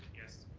yes.